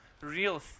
real